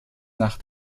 nach